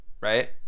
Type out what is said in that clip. right